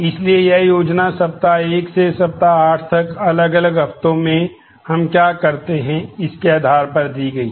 इसलिए यह योजना सप्ताह 1 से सप्ताह 8 तक अलग अलग हफ्तों में हम क्या करते हैं इसके आधार पर दी गई है